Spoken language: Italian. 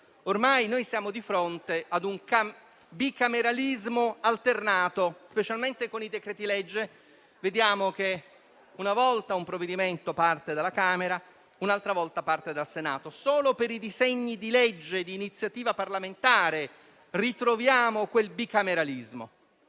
Ormai siamo di fronte a un bicameralismo alternato; specialmente con i decreti-legge, vediamo che i provvedimenti partono una volta dalla Camera, un'altra dal Senato. Solo per i disegni di legge di iniziativa parlamentare ritroviamo quel bicameralismo.